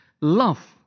love